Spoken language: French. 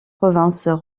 provinces